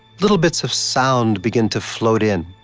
little bits of sound begin to float in.